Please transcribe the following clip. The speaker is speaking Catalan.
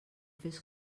fes